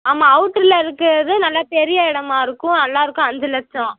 ஆமாம் அவுட்ரில் இருக்கிறது நல்லா பெரிய இடமா இருக்கும் நல்லா இருக்கும் அஞ்சு லட்சம்